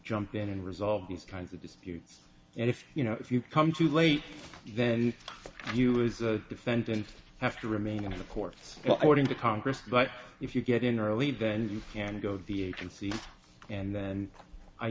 jump in and resolve these kinds of disputes and if you know if you come too late then you as a defendant have to remain in the courts well out in the congress but if you get in early then you can go to the agency and then